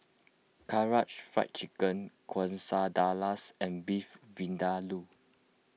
Karaage Fried Chicken Quesadillas and Beef Vindaloo